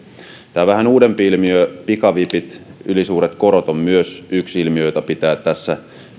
tämä vähän uudempi ilmiö pikavipit ja ylisuuret korot on myös yksi ilmiö jota pitää tässä